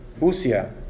usia